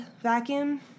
vacuum